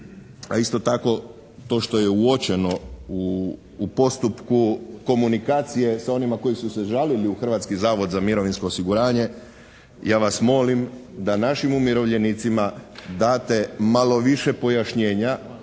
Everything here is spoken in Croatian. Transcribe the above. isto tako to što je uočenu u postupku komunikacije s onima koji su se žalili u Hrvatski zavod za mirovinsko osiguranje, ja vas molim da našim umirovljenicima date malo više pojašnjenja,